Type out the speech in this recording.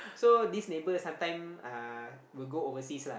so this neighbour sometime uh will go overseas lah